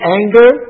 anger